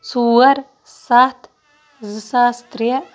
ژور سَتھ زٕ ساس ترٛےٚ